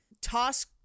toss